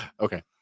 Okay